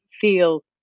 feel